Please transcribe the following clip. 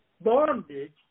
bondage